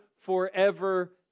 forever